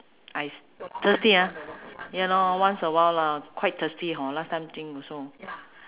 I thirsty ah ya lor once a while lah quite thirsty hor last time drink also